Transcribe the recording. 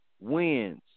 wins